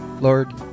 Lord